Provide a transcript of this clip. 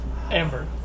Amber